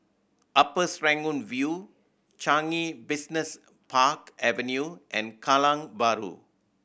Upper Serangoon View Changi Business Park Avenue and Kallang Bahru